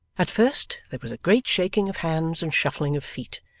at first there was a great shaking of hands and shuffling of feet,